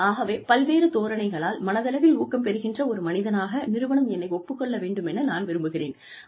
ஆகவே பல்வேறு தோரணைகளால் மனதளவில் ஊக்கம் பெறுகின்ற ஒரு மனிதனாக நிறுவனம் என்னை ஒப்புக் கொள்ள வேண்டுமென நான் விரும்புகிறேன்